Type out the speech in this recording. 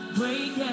break